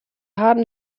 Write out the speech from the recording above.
haben